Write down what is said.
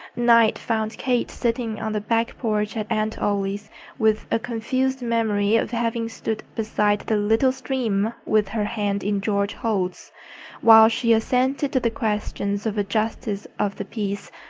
night found kate sitting on the back porch at aunt ollie's with a confused memory of having stood beside the little stream with her hand in george holt's while she assented to the questions of a justice of the peace,